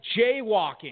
jaywalking